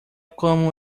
como